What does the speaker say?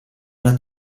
una